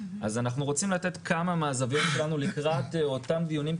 אז אנחנו רוצים לתת כמה מהזוויות שלנו לקראת אותם דיונים,